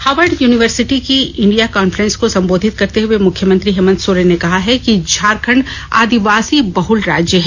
Harvard university की India conference को संबोधित करते हुए मुख्यमंत्री हेमंत सोरेन ने कहा है कि झारखंड आदिवासी बहुल राज्य है